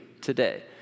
today